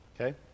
Okay